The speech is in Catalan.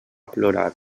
plorar